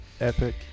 Epic